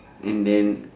and then